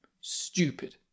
stupid